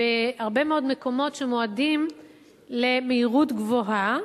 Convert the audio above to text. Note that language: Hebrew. בהרבה מאוד מקומות שמועדים למהירות גבוהה,